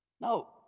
No